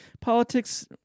politics